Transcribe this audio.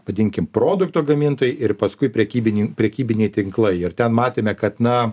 vadinkim produkto gamintojai ir paskui prekybin prekybiniai tinklai ir ten matėme kad na